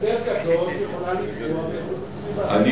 גדר כזאת יכולה לפגוע באיכות הסביבה.